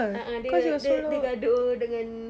a'ah dia dia dia gaduh dengan